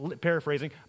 paraphrasing